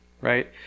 right